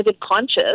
conscious